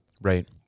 Right